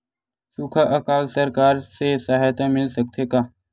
सुखा अकाल सरकार से सहायता मिल सकथे का?